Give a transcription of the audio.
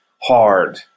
hard